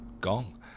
Gong